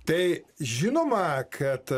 tai žinoma kad